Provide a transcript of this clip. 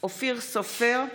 אופיר סופר,